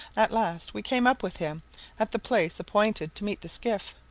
at last we came up with him at the place appointed to meet the skiff,